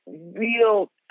real